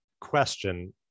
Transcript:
question